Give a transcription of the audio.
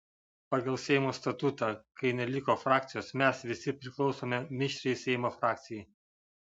pagal seimo statutą kai neliko frakcijos mes visi priklausome mišriai seimo frakcijai